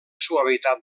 suavitat